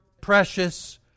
precious